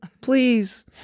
Please